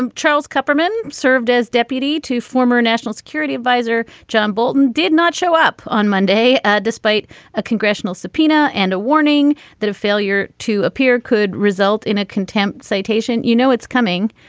um charles koppelman served as deputy to former national security adviser john bolton did not show up on monday despite a congressional subpoena and a warning that a failure to appear could result in a contempt citation. you know it's coming.